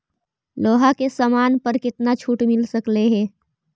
लोहा के समान पर केतना छूट मिल सकलई हे